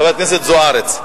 חברת הכנסת זוארץ,